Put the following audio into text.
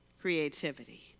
creativity